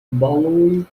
bowling